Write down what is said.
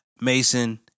Mason